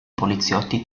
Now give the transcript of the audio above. poliziotti